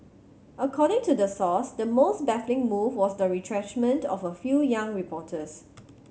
according to the source the most baffling move was the retrenchment of a few young reporters